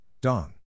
dong